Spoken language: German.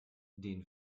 den